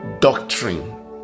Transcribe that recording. doctrine